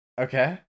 Okay